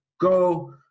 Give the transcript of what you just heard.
go